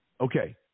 Okay